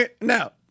Now